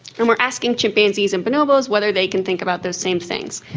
um are asking chimpanzees and bonobos whether they can think about those same things.